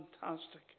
fantastic